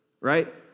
right